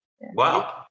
Wow